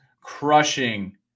crushing